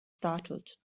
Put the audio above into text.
startled